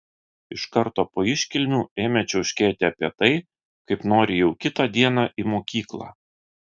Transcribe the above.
iš karto po iškilmių ėmė čiauškėti apie tai kaip nori jau kitą dieną į mokyklą